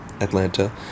Atlanta